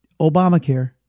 Obamacare